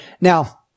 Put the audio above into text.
Now